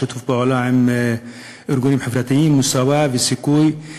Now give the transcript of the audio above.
בשיתוף פעולה עם הארגונים החברתיים "מוסאוא" ו"סיכוי",